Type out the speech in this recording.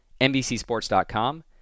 NBCSports.com